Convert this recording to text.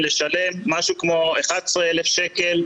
זאת השאלה שצריכה להישאל.